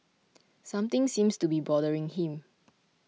something seems to be bothering him